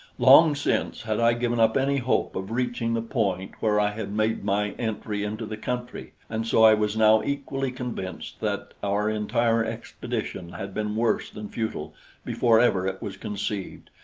long since, had i given up any hope of reaching the point where i had made my entry into the country, and so i was now equally convinced that our entire expedition had been worse than futile before ever it was conceived,